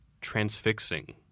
transfixing